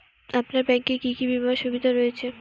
আপনার ব্যাংকে কি কি বিমার সুবিধা রয়েছে?